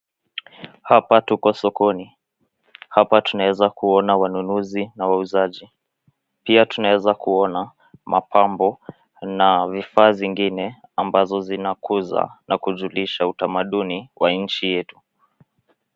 Hapa tuko sokoni. Hapa tunaeza kuona wanunuzi na wauzaji. Pia tunaeza kuona mapambo na vifaa zingine ambazo zinakuza na kujulisha utamaduni kwa inchi yetu.